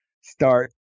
start